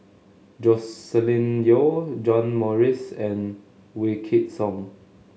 Joscelin Yeo John Morrice and Wykidd Song